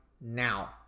now